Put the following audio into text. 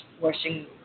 washing